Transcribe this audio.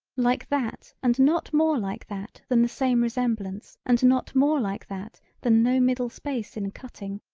like that and not more like that than the same resemblance and not more like that than no middle space in cutting.